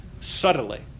Subtly